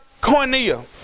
cornea